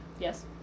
Yes